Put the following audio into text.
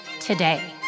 today